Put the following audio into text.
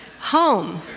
Home